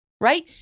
right